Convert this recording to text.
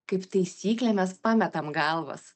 kaip taisyklė mes pametam galvas